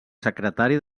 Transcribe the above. secretari